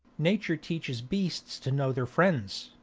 nature teaches beasts to know their friends.